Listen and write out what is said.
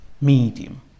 medium